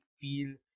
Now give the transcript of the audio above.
feel